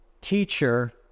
teacher